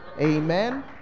Amen